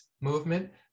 movement